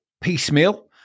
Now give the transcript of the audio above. piecemeal